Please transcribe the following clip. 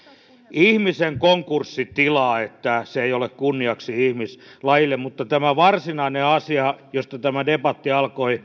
ihmisen konkurssitilaa niin että se ei ole kunniaksi ihmislajille mutta tämä varsinainen asia josta tämä debatti alkoi